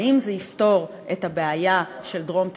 האם זה יפתור את הבעיה של דרום תל-אביב?